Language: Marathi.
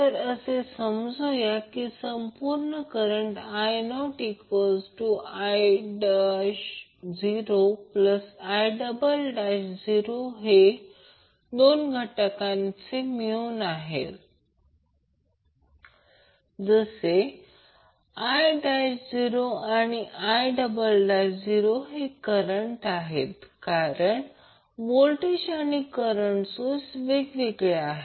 तर असे समजू या की संपूर्ण करंट I0I0I0 हे दोन घटकांचे मिळून आहे जसे I0 आणि I0 हे करंट कारण व्होल्टेज आणि करंट सोर्स वेगवेगळे आहेत